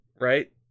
right